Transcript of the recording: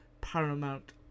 Paramount